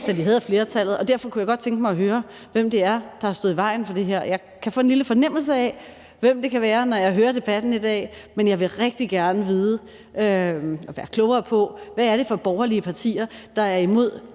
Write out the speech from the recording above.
da de havde flertallet, og derfor kunne jeg godt tænke mig at høre, hvem det er, der har stået i vejen for det her. Jeg kan få en lille fornemmelse af, hvem det kan være, når jeg hører debatten i dag, men jeg vil rigtig gerne vide og blive klogere på, hvad det er for nogle borgerlige partier, der er imod